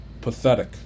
Pathetic